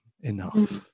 enough